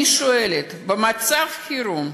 אני שואלת: במצב חירום,